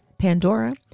Pandora